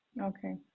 Okay